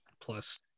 plus